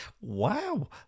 Wow